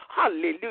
hallelujah